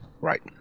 right